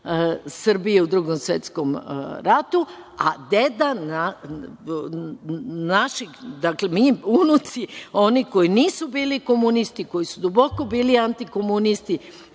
Srbije u Drugom svetskom ratu, a mi unuci onih koji nisu bili komunisti, koji su duboko bili antikomunisti,